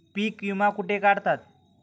पीक विमा कुठे काढतात?